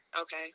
Okay